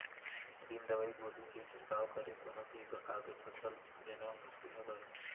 बिन दवई गोली के छिड़काव करे कोनो भी परकार के फसल लेना मुसकिल हवय